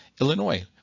Illinois